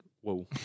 Whoa